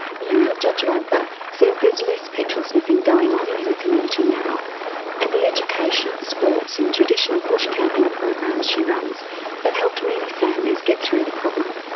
muriel jaragba says there's less petrol sniffing going on in her community now and the education, sports and traditional bush camping programs she runs have helped many families get through the problem.